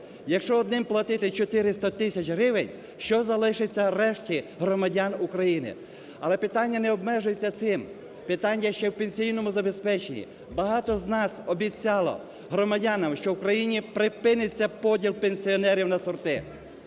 Якщо одним платити 400 тисяч гривень, що залишиться решті громадян України? Але питання не обмежується цим, питання ще в пенсійному забезпеченні. Багато з нас обіцяло громадянам, що в Україні припиниться поділ пенсіонерів на сорти: